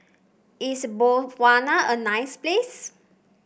is Botswana a nice place